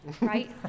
right